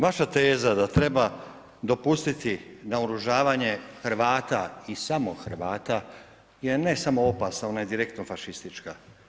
Vaša teza da treba dopustiti naoružavanje Hrvata i samo Hrvata je ne samo opasna ona je direktno fašistička.